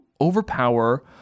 overpower